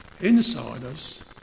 insiders